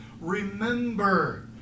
Remember